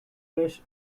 fresh